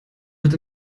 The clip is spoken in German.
wird